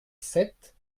sept